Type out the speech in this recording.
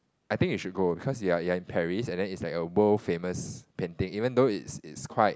I think you should go because you're you're in Paris and then is like a world famous painting even though is is quite